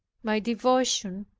my devotion,